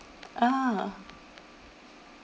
ah